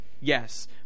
Yes